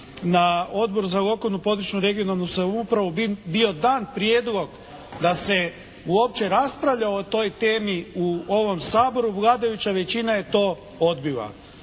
na Odboru za lokalnu, područnu (regionalnu) samoupravu bio dan prijedlog da se uopće raspravlja o toj temi u ovom Saboru, vladajuća većina je to odbila.